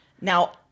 Now